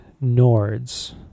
Nord's